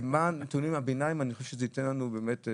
מה נתוני הביניים אני חושב שזה ייתן לנו באמת.